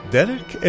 Derek